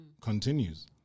continues